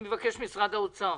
אני מבקש לשמוע את נציגי משרד האוצר.